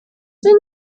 sind